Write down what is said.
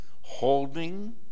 holding